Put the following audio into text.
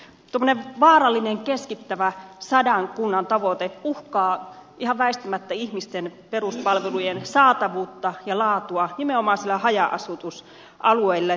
tuommoinen vaarallinen keskittävä sadan kunnan tavoite uhkaa ihan väistämättä ihmisten peruspalvelujen saatavuutta ja laatua nimenomaan haja asutusalueilla